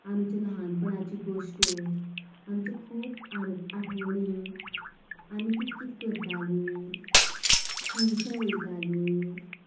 आमचे लहानपणाच्यो गाश्टो आमच्यो खूब आड आठवणी आमी कित कित करताली खंय खंय वयताली